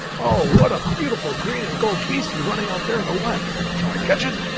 oh! what a beautiful green and gold beastie running out there in the wet! shall i catch it?